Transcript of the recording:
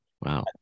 Wow